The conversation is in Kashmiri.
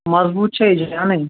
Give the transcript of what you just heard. مضبوٗط چھا یہِ جانے